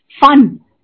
fun